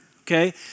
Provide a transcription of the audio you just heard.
okay